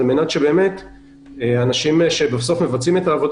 על מנת שאנשים שבסוף מבצעים את העבודה